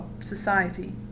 society